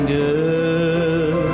good